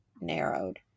narrowed